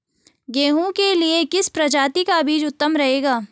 गेहूँ के लिए किस प्रजाति का बीज उत्तम रहेगा?